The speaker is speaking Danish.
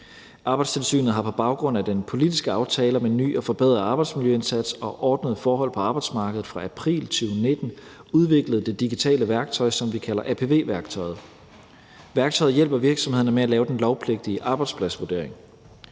Arbejdstilsynet har på baggrund af den politiske aftale om en ny og forbedret arbejdsmiljøindsats og ordnede forhold på arbejdsmarkedet fra april 2019 udviklet det digitale værktøj, som vi kalder af apv-værktøjet. Værktøjet hjælper virksomhederne med at lave den lovpligtige arbejdspladsvurdering.